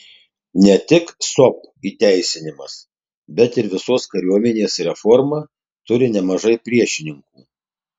ne tik sop įteisinimas bet ir visos kariuomenės reforma turi nemažai priešininkų